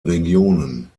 regionen